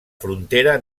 frontera